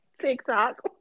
TikTok